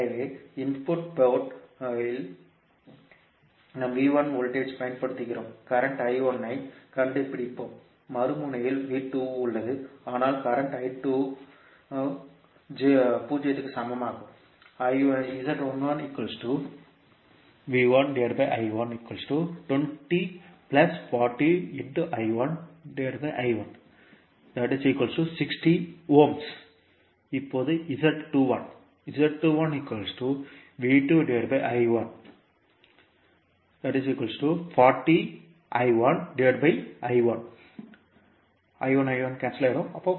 எனவே input port இல் நாம் V1 வோல்டேஜ் ஐ பயன்படுத்துகிறோம் கரண்ட் I1 ஐக் கண்டுபிடிப்போம் மறுமுனையில் V2 உள்ளது ஆனால் கரண்ட் I2 0 ஆகும்